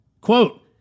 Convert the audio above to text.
Quote